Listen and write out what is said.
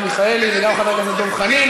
וגם חבר הכנסת דב חנין,